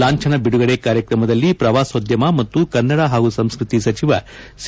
ಲಾಂಭನ ಬಿಡುಗಡೆ ಕಾರ್ಯಕ್ರಮದಲ್ಲಿ ಪ್ರವಾಸೋದ್ದಮ ಮತ್ತು ಕನ್ನಡ ಹಾಗೂ ಸಂಸ್ಕೃತಿ ಸಚಿವ ಸಿ